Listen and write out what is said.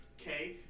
Okay